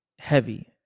heavy